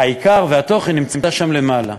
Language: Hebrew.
העיקר והתוכן נמצאים שם למעלה.